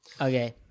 Okay